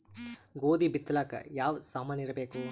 ಗೋಧಿ ಬಿತ್ತಲಾಕ ಯಾವ ಸಾಮಾನಿರಬೇಕು?